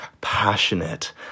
passionate